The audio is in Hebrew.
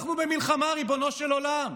אנחנו במלחמה, ריבונו של עולם.